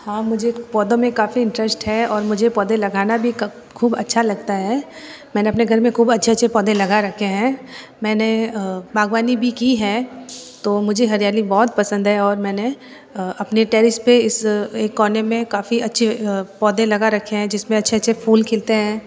हाँ मुझे पौधों में काफी इन्ट्रष्ट है और मुझे पौधे लगाना भी खूब अच्छा लगता है मैंने अपने घर में खूब अच्छे अच्छे पौधे लगा रखे हैं मैंने बागवानी भी की है तो मुझे हरियाली बहुत पसंद है और मैंने अपने टेरिस पर इस एक कोने में काफ़ी अच्छे पौधे लगा रखे हैं जिसमे अच्छे अच्छे फूल खिलते हैं